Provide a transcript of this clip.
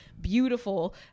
beautiful